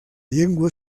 llengua